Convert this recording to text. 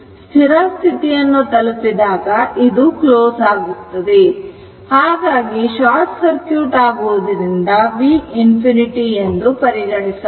ಸ್ಥಿರ ಸ್ಥಿತಿಯನ್ನು ತಲುಪಿ ದಾಗ ಇದು ಕ್ಲೋಸ್ ಆಗುತ್ತದೆ ಹಾಗಾಗಿ ಶಾರ್ಟ್ ಸರ್ಕ್ಯೂಟ್ ಆಗುವುದರಿಂದ v ∞ ಎಂದು ಪರಿಗಣಿಸಬಹುದು